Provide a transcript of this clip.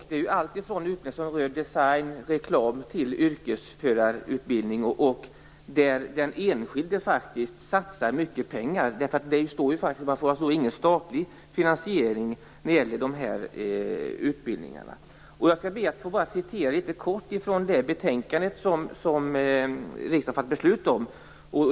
Det gäller utbildning i allt från design och reklam till yrkesförarutbildning. Den enskilde satsar mycket pengar på dessa utbildningar, eftersom de inte berättigar till någon statlig finansiering. Jag skall litet kort citera ur det betänkande som riksdagen fattade beslut om.